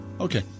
Okay